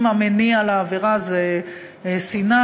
אם המניע לעבירה הוא שנאה,